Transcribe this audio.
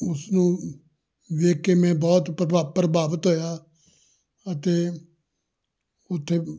ਉਸ ਨੂੰ ਵੇਖ ਕੇ ਮੈਂ ਬਹੁਤ ਪ੍ਰਭਾਵ ਪ੍ਰਭਾਵਿਤ ਹੋਇਆ ਅਤੇ ਉੱਥੇ